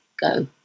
go